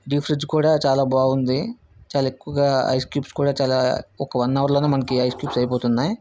D fridge కూడా చాలా బాగుంది చాలా ఎక్కువగా ఐస్ క్యూబ్స్ కూడా చాలా ఒక వన్ అవర్ లోనే మనకు ఐస్ క్యూబ్స్ అయిపోతున్నాయి